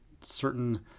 certain